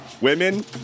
women